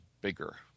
bigger